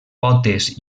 potes